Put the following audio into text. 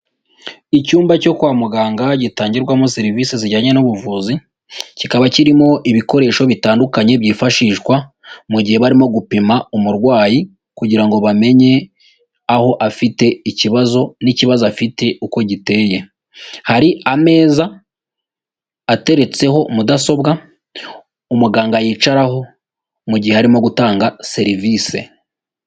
Icyumba cyo kwa muganga gitangirwamo serivisi zijyanye n'ubuvuzi, kikaba kirimo ibikoresho bitandukanye byifashishwa mu gihe barimo gupima umurwayi kugira ngo bamenye aho afite ikibazo n'ikibazo afite uko giteye, hari ameza ateretseho mudasobwa umuganga yicaraho mu gihe arimo gutanga serivise.